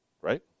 right